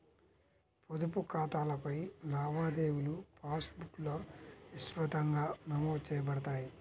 పొదుపు ఖాతాలపై లావాదేవీలుపాస్ బుక్లో విస్తృతంగా నమోదు చేయబడతాయి